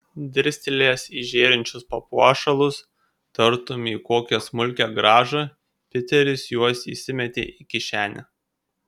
dirstelėjęs į žėrinčius papuošalus tartum į kokią smulkią grąžą piteris juos įsimetė į kišenę